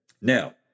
Now